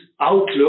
outlook